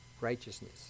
Righteousness